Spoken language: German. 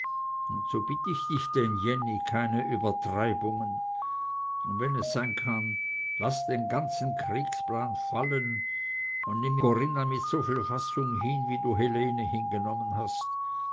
so bitt ich dich denn jenny keine übertreibungen und wenn es sein kann laß den ganzen kriegsplan fallen und nimm corinna mit soviel fassung hin wie du helene hingenommen hast